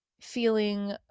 feeling